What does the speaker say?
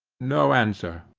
no answer.